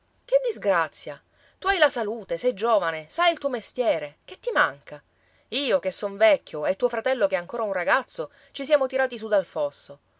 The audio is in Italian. che disgrazia tu hai la salute sei giovane sai il tuo mestiere che ti manca io che son vecchio e tuo fratello che è ancora un ragazzo ci siamo tirati su dal fosso